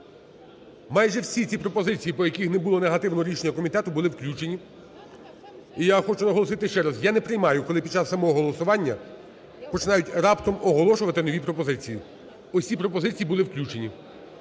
Майже всі ці пропозиції, по яких не було негативного рішення комітету, були включені. І я хочу наголосити ще раз, я не приймаю, коли під час самого голосування починають раптом оголошувати нові пропозиції. Всі пропозиції були включені.